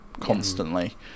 constantly